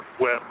web